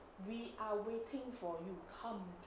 we are waiting for you come